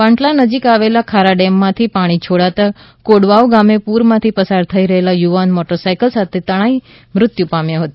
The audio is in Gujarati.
બાંટવા નજીક આવેલા ખારા ડેમ માથી પાણી છોડાતા કોડવાવ ગામે પૂર માથી પસાર થઈ રહેલો યુવાન મોટરસાઇકલ સાથે તણાઈ મૃત્યુ પામ્યો હતો